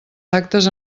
actes